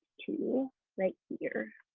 to right here.